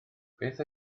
beth